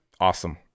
Awesome